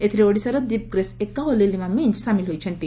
ଏଥିରେ ଓଡ଼ିଶାର ଦୀପଗ୍ରେସ୍ ଏକ୍କା ଓ ଲିଲିମା ମିଞ୍ଞ ସାମିଲ ହୋଇଛନ୍ତି